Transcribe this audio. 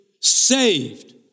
saved